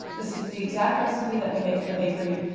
this is the exact recipe that we make at the bakery,